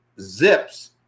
Zips